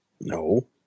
No